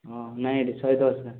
ହଁ ନାଇଁ ଏଠି ଶହେ ଦଶ ଲେଖା